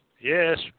Yes